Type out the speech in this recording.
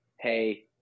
hey